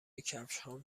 کفشهام